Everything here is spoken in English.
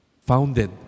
founded